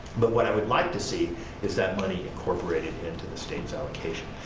but what i would like to see is that money incorporated into the state's allocation.